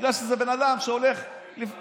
בגלל שזה בן אדם שהולך למות,